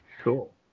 Cool